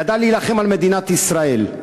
ידע להילחם על מדינת ישראל.